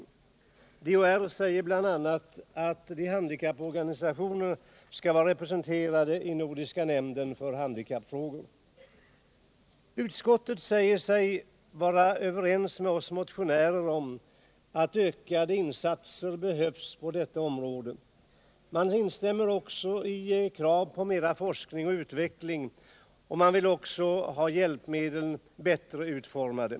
De handikappades riksförbund säger bl.a. att handikapporga = Nr 37 nisationerna skall vara representerade i Nordiska nämnden för handikappfrågor. Utskottet säger sig vara överens med oss motionärer om att ökade I insatser behövs på detta område. Utskottet instämmer också i krav på = Tekniska hjälpmemera forskning och utveckling, och man vill även ha hjälpmedlen bättre — del för handikaputformade.